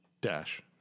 Dash